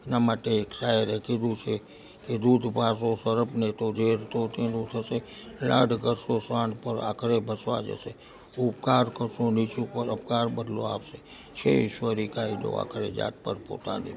એના માટે એક શાયરે કીધું છે કે દૂધ પાશો સર્પને તો ઝેર તો તેનું થશે લાડ કરશો સ્વાન પર આખરે ભસવા જશે ઉપકાર કરશો નિસુ પર અપકાર બદલો આપશે છે ઈશ્વર ઇ કાંઇ દુવા કરે જાત પર પોતાની